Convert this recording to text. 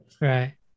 Right